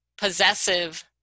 possessive